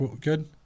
Good